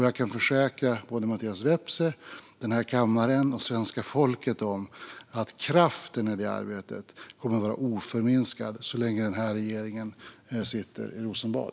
Jag kan försäkra både Mattias Vepsä, den här kammaren och svenska folket att kraften i detta arbete kommer att vara oförminskad så länge den här regeringen sitter i Rosenbad.